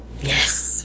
Yes